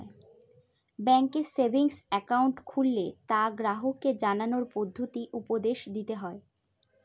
ব্যাঙ্কে savings account খুললে তা গ্রাহককে জানানোর পদ্ধতি উপদেশ দিতে হয়